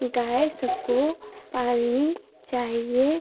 गाय सबको पालनी चाहिए